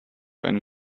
einen